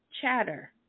chatter